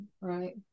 Right